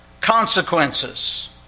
consequences